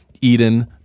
Eden